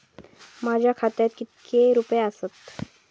माझ्या खात्यात कितके रुपये आसत?